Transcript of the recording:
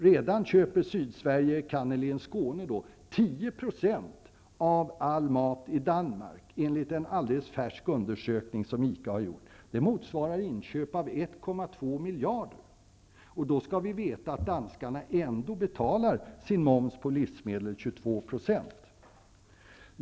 Redan köper Sydsverige, enkannerligen då Skåne, 10 % av all mat i Danmark enligt en alldeles färsk undersökning som ICA har gjort. Det motsvarar inköp för 1,2 miljarder. Och då skall vi veta att danskarna ändå betalar sin moms på livsmedel -- 22 %.